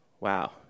wow